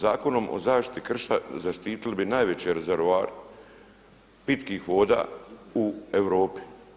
Zakonom o zaštiti krša zaštitili bi najveće rezervar pitkih voda u Europi.